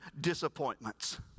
disappointments